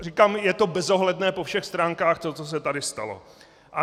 Říkám, je to bezohledné po všech stránkách, to, co se tady stalo.